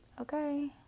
okay